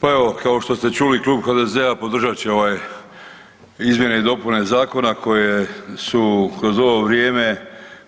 Pa evo kao što ste čuli Klub HDZ-a podržat će ovaj izmjene i dopune zakona koje su kroz ovo vrijeme